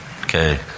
Okay